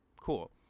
Cool